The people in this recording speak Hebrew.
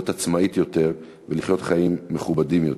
להיות עצמאית יותר ולחיות חיים מכובדים יותר.